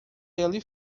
ele